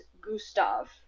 Gustav